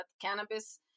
cannabis